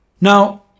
Now